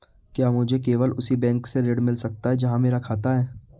क्या मुझे केवल उसी बैंक से ऋण मिल सकता है जहां मेरा खाता है?